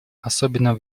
особенно